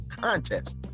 contest